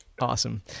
Awesome